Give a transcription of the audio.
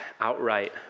outright